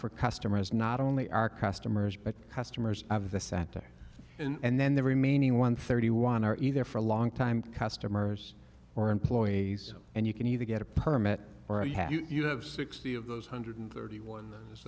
for customers not only are customers but customers of the saturday and then the remaining one thirty one are either for long time customers or employees and you can either get a permit you have sixty of those hundred thirty one is